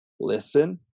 listen